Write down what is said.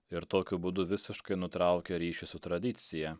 ir tokiu būdu visiškai nutraukia ryšį su tradicija